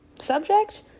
subject